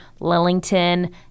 Lillington